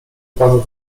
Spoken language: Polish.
panu